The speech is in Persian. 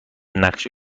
نقشه